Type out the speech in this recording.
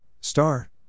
Star